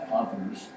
others